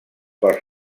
pels